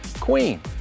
queen